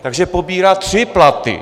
Takže pobírá tři platy.